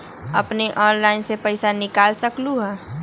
अपने ऑनलाइन से पईसा निकाल सकलहु ह?